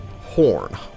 horn